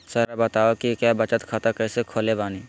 Sir हमरा बताओ क्या बचत खाता कैसे खोले बानी?